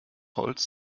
holz